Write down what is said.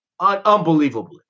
unbelievably